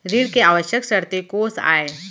ऋण के आवश्यक शर्तें कोस आय?